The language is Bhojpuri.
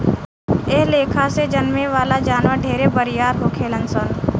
एह लेखा से जन्में वाला जानवर ढेरे बरियार होखेलन सन